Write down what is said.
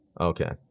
okay